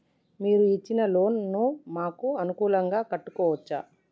మీరు ఇచ్చిన లోన్ ను మాకు అనుకూలంగా కట్టుకోవచ్చా?